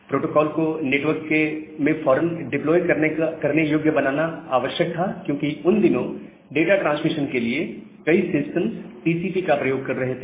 protocol को network में फौरन डिप्लोय करने योग्य बनाना आवश्यक था क्योंकि उन दिनों डाटा ट्रांसमिशन के लिए कई सिस्टम्स टीसीपी का प्रयोग कर रहे थे